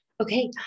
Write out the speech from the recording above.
okay